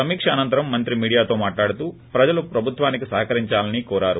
సమిక్ష అనంతరం మంత్రి మీడియాతో మాట్లాడుతూ ప్రజలు ప్రభుత్వానికి సహకరించాలని కోరారు